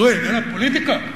זו איננה פוליטיקה.